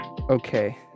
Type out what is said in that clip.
okay